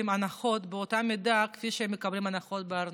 הנחות באותה מידה כפי שהם מקבלים הנחות בארנונה,